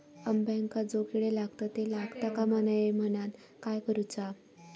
अंब्यांका जो किडे लागतत ते लागता कमा नये म्हनाण काय करूचा?